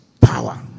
power